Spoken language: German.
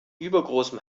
übergroßem